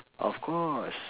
of course